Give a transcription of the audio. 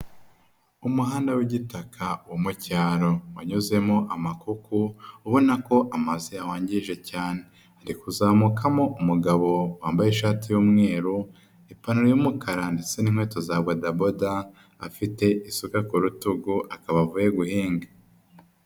Umuhanda w'igitaka wo mucyaro wanyuzemo amakoku ubona ko amaso yawangije cyane. hari kuzamukamo umugabo wambaye ishati y'umweru, ipantaro yumukara ndetse n'inkweto za badabod, afite isuka ku rutugu akaba avuye guhinga.